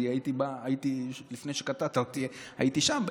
כי לפני שקטעת אותי הייתי שם,